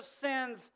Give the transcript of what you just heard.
sins